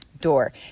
door